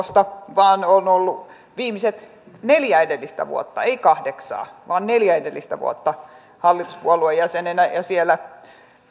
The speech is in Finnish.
vaan on ollut viimeiset neljä edellistä vuotta ei kahdeksaa vaan neljä edellistä vuotta hallituksen jäsenenä ja siellä